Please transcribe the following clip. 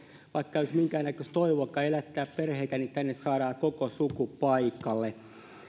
vaikka ei olisi minkäännäköistä toivoakaan elättää perheitä niin tänne saadaan koko suku paikalle